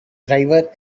driver